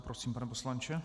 Prosím, pane poslanče.